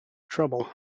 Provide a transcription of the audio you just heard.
trouble